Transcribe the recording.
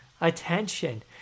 attention